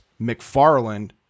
McFarland